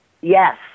Yes